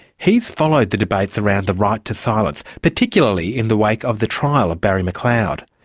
he has followed the debates around the right to silence, particularly in the wake of the trial of barry mcleod.